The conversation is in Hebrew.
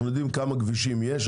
אנחנו יודעים כמה כבישים יש,